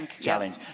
challenge